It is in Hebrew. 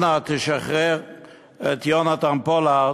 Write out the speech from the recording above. אנא, תשחרר את יונתן פולארד.